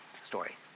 story